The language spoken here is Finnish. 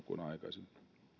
kuin aikaisemmin